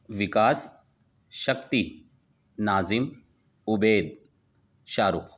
Vikas Shakti Nazim Ubaid Shah Rukh